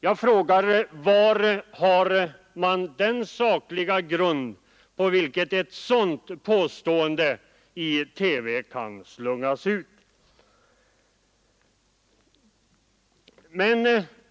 Jag frågar: Var finns den sakliga grunden för ett sådant påstående som slungas ut i TV?